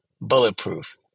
bulletproof